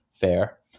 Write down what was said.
fair